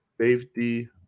Safety